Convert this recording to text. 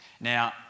Now